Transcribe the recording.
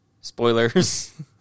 Spoilers